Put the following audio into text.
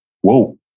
Whoa